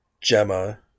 Gemma